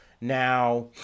Now